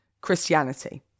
Christianity